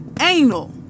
Anal